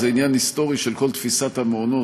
זה עניין היסטורי של כל תפיסת המעונות